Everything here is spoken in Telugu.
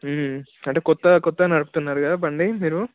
అంటే కొత్త కొత్తగా నడుపుతున్నారు కదా బండి మీరు